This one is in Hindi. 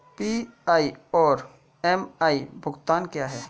पी.आई और एम.आई भुगतान क्या हैं?